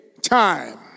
time